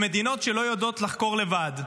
ומדינות שלא יודעות לחקור לבד,